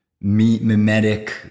mimetic